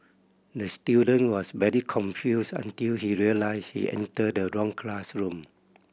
the student was very confused until he realised he entered the wrong classroom